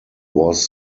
was